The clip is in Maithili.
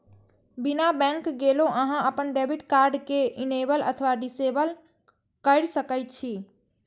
बिना बैंक गेलो अहां अपन डेबिट कार्ड कें इनेबल अथवा डिसेबल कैर सकै छी